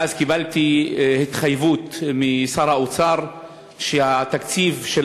ואז קיבלתי התחייבות משר האוצר שהתקציב של